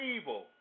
evil